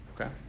Okay